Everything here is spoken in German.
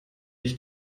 ich